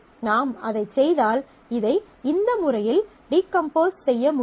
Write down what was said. எனவே நாம் அதைச் செய்தால் இதை இந்த முறையில் டீகம்போஸ் செய்ய முடியும்